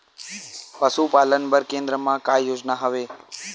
पशुपालन बर केन्द्र म का योजना हवे?